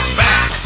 back